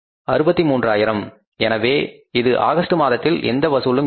63000 எனவே இது ஆகஸ்ட் மாதத்தில் எந்த வசூலும் இல்லை